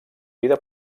vida